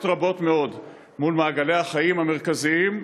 רבות מאוד מול מעגלי החיים המרכזיים,